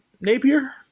Napier